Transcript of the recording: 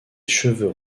cheveux